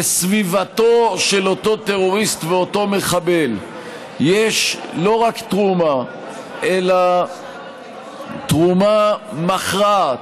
לסביבתו של אותו טרוריסט ואותו מחבל יש לא רק תרומה אלא תרומה מכרעת,